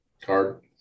card